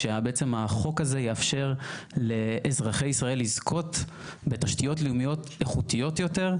שהחוק הזה יאפשר לאזרחי ישראל לזכות בתשתיות לאומיות איכותיות יותר,